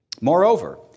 Moreover